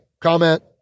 comment